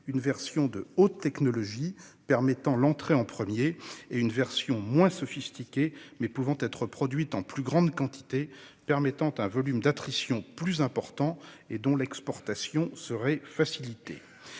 une version de haute technologie, permettant l'entrée en premier, et une version moins sophistiquée, mais pouvant être produite en plus grande quantité, permettant un volume d'attrition plus important et dont l'exportation serait facilitée.